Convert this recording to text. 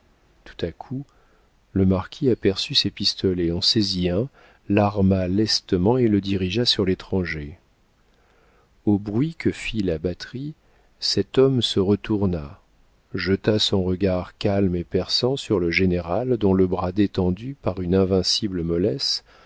tout à coup le marquis aperçut ses pistolets en saisit un l'arma lestement et le dirigea sur l'étranger au bruit que fit la batterie cet homme se retourna jeta son regard calme et perçant sur le général dont le bras détendu par une invincible mollesse